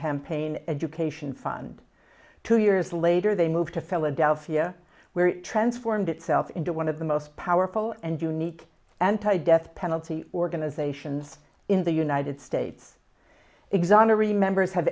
campaign education fund two years later they moved to philadelphia where it transformed itself into one of the most powerful and unique anti death penalty organizations in the united states examiner remembers have